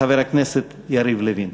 חבר הכנסת יריב לוין.